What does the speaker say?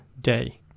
day